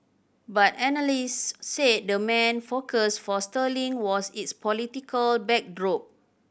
but analysts said the main focus for sterling was its political backdrop